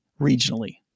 regionally